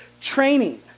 training